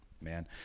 man